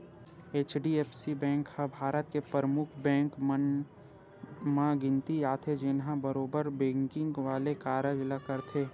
HDFC bank ह भारत के परमुख बेंक मन म गिनती आथे, जेनहा बरोबर बेंकिग वाले कारज ल करथे